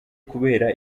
kubera